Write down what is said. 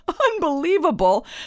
unbelievable